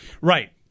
right